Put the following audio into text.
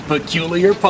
Peculiar